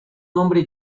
nombre